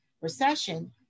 recession